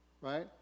Right